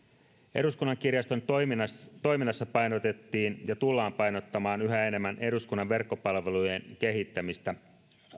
eduskunnan kirjaston toiminnassa toiminnassa painotettiin ja tullaan painottamaan yhä enemmän eduskunnan verkkopalvelujen kehittämistä